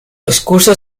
discurso